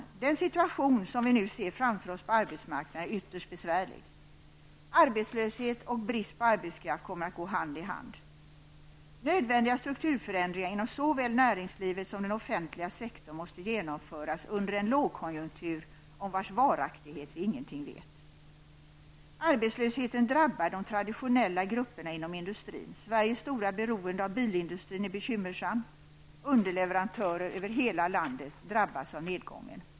Den situation som vi nu ser framför oss på arbetsmarknaden är ytterst besvärlig. Arbetslöshet och brist på arbetskraft kommer att gå hand i hand. Nödvändiga strukturförändringar inom såväl näringslivet som den offentliga sektorn måste genomföras under den lågkonjunktur om vars varaktighet vi ingenting vet. Arbetslösheten drabbar de traditionella grupperna inom industrin. Sveriges stora beroende av bilindustrin är bekymmersamt. Underleverantörer över hela landet drabbas av nedgången.